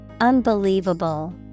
Unbelievable